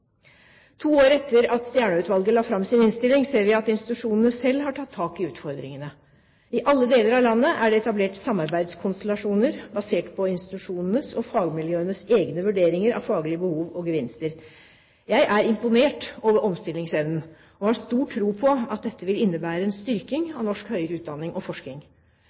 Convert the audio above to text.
To år etter at Stjernø-utvalget la fram sin innstilling, ser vi at institusjonene selv har tatt tak i utfordringene. I alle deler av landet er det etablert samarbeidskonstellasjoner basert på institusjonenes og fagmiljøenes egne vurderinger av faglige behov og gevinster. Jeg er imponert over omstillingsevnen og har stor tro på at dette vil innebære en styrking av norsk høyere utdanning og forskning.